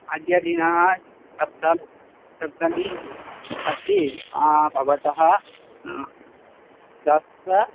अद्य दिनं सप्त सप्तमी अस्ति भवान् दश